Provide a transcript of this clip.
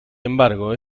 embargo